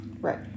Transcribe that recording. Right